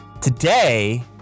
Today